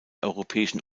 europäischen